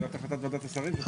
זו החלטת ועדת שרים.